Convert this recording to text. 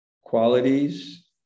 qualities